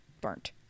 burnt